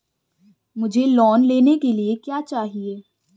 मुझे लोन लेने के लिए क्या चाहिए?